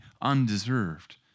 undeserved